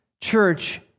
church